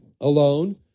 alone